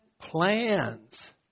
Plans